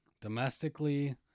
Domestically